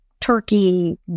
turkey